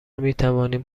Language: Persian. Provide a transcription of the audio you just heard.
میتوانیم